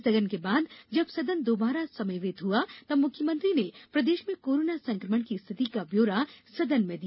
स्थगन के बाद जब सदन दोबारा समवेत हुआ तब मुख्यमंत्री ने प्रदेश में कोरोना संक्रमण की स्थिति का ब्यौरा सदन में दिया